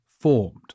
formed